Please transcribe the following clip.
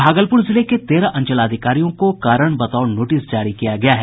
भागलपुर जिले के तेरह अंचलाधिकारियों को कारण बताओ नोटिस जारी किया गया है